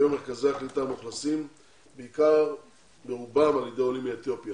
היום מרכזי הקליטה מאוכלסים ברובם על-ידי עולים מאתיופיה.